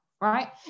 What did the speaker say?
right